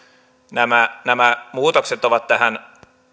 nämä nämä muutokset ovat tähän